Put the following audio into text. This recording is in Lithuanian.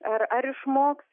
ar ar išmoks